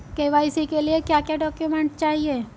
KYC के लिए क्या क्या डॉक्यूमेंट चाहिए?